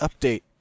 update